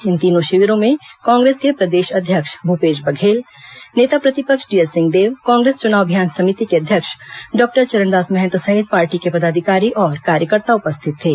इन तीनों शिविरों में कांग्रेस के प्रदेश अध्यक्ष भूपेश बर्घल नेता प्रतिपक्ष टीएस सिंहदेव कांग्रेस चुनाव अभियान समिति के अध्यक्ष डॉक्टर चरणदास महंत सहित पार्टी के पदाधिकारी और कार्यकर्ता उपस्थित थे